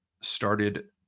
started